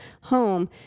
home